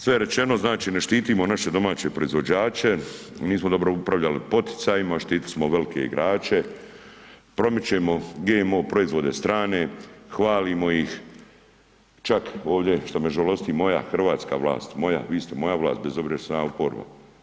Sve je rečeno, znači ne štitimo naše domaće proizvođače, nismo dobro upravljali poticajima, štitili smo velike igrače, promičemo GMO proizvode strane, hvalimo ih, čak ovdje što me žalosti moja hrvatska vlast, moja, vi ste moja vlast bez obzira što sam ja oporba.